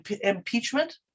Impeachment